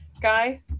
guy